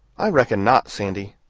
i reckon not, sandy.